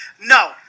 No